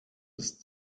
ist